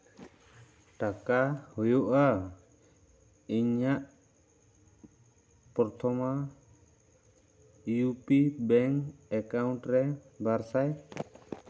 ᱴᱟᱠᱟ ᱦᱩᱭᱩᱜᱼᱟ ᱤᱧᱟ ᱜ Prathama U P bank account ᱨᱮ ᱵᱟᱨ ᱥᱟᱭ